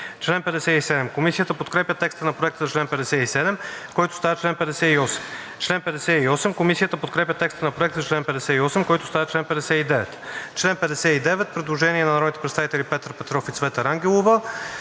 „чл. 53“. Комисията подкрепя текста на Проекта за чл. 57, който става чл. 58. Комисията подкрепя текста на Проекта за чл. 58, който става чл. 59. По чл. 59 има предложение на народните представители Петър Петров и Цвета Рангелова: